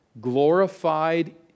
glorified